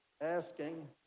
asking